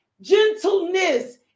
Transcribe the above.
Gentleness